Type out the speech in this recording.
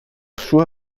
sua